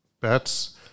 Bets